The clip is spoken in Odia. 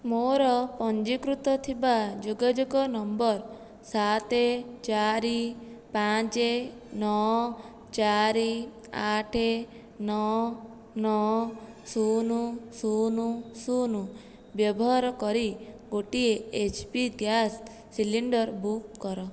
ମୋର ପଞ୍ଜୀକୃତ ଥିବା ଯୋଗାଯୋଗ ନମ୍ବର ସାତ ଚାରି ପାଞ୍ଚ ନଅ ଚାରି ଆଠ ନଅ ନଅ ଶୂନ ଶୂନ ଶୂନ ବ୍ୟବାହାର କରି ଗୋଟିଏ H P gas cylinder book କର